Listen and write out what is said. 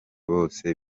bose